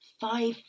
five